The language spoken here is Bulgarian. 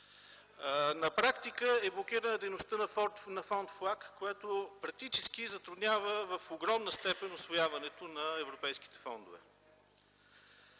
На практика е блокирана дейността на Фонд ФЛАГ, което практически затруднява в огромна степен усвояването на европейските фондове.